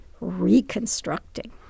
reconstructing